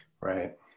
right